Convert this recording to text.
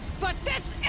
but this